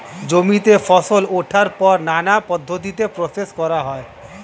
জমিতে ফসল ওঠার পর নানা পদ্ধতিতে প্রসেস করা হয়